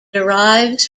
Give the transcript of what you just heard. derives